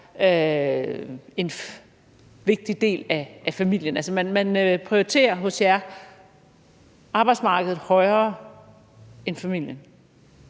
Venstre. Altså, man prioriterer hos jer arbejdsmarkedet højere end familien;